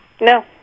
No